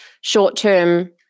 short-term